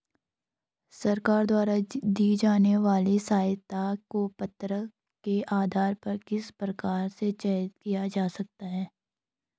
सरकार द्वारा दी जाने वाली सहायता को पात्रता के आधार पर किस प्रकार से चयनित किया जा सकता है?